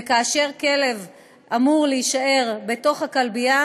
וכאשר כלב אמור להישאר בתוך הכלבייה,